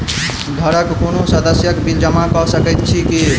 घरक कोनो सदस्यक बिल जमा कऽ सकैत छी की?